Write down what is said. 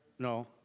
no